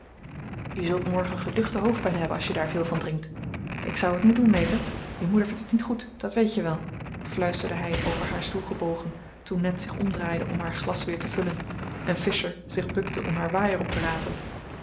je zult morgen geduchte hoofdpijn hebben als je daar veel van drinkt ik zou het niet doen meta je moeder vindt het niet goed dat weet je wel fluisterde hij over haar stoel gebogen toen ned zich omdraaide om haar glas weer te vullen en fisher zich bukte om haar waaier op te rapen